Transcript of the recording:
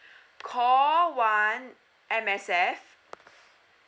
call one M_S_F